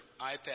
iPad